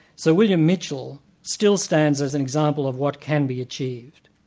sir william mitchell still stands as an example of what can be achieved.